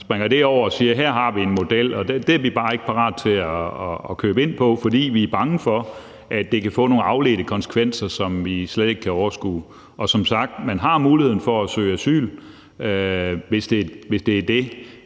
springer det over og siger: Her har vi en model. Og det er vi bare ikke parate til at købe ind på, fordi vi er bange for, at det kan få nogle afledte konsekvenser, som vi slet ikke kan overskue. Som sagt har man muligheden for at søge asyl, hvis det er det,